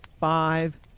five